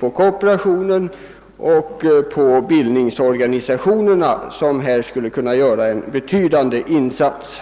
på kooperationen och på bildningsorganisationerna som här skulle kunna göra en betydande insats.